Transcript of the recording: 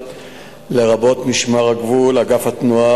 לרבות משמר הגבול ואגף התנועה,